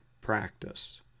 practice